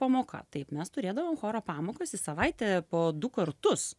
pamoka taip mes turėdavom choro pamokas į savaitę po du kartus